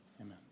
Amen